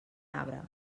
arbre